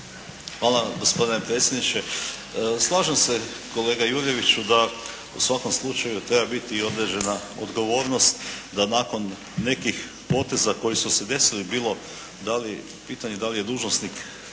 Hvala gospodine predsjedniče. Slažem se kolega Jurjeviću da u svakom slučaju treba biti i određena odgovornost da nakon nekih poteza koji su se desili. Bilo da li, pitanje da li je dužnosnik